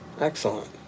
Excellent